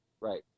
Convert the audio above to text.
right